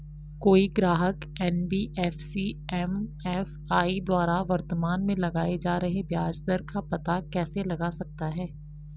कोई ग्राहक NBFC MFI द्वारा वर्तमान में लगाए जा रहे ब्याज दर का पता कैसे लगा सकता है?